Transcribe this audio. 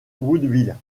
woodville